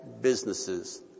businesses